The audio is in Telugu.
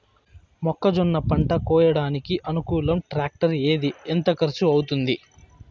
మొక్కజొన్న పంట కోయడానికి అనుకూలం టాక్టర్ ఏది? ఎంత ఖర్చు అవుతుంది?